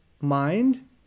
mind